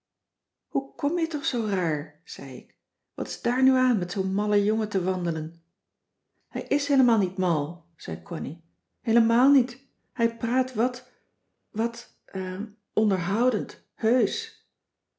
hoe kom je toch zoo raar zei ik wat is daar nu aan met zoo'n mallen jongen te wandelen hij is heelemaal niet mal zei connie heelemaal niet hij praat wat wat e onderhoudend heusch